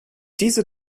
diese